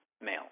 male